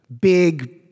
big